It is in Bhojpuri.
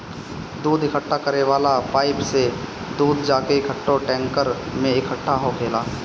दूध इकट्ठा करे वाला पाइप से दूध जाके एकठो टैंकर में इकट्ठा होखेला